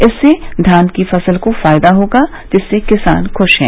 इससे धान की फसल को फायदा होगा जिससे किसान खुश हैं